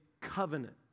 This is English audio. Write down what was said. covenant